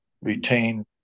retain